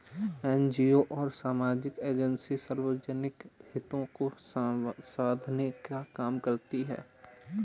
NGO और सामाजिक agency सार्वजनिक हितों को साधने का काम करती हैं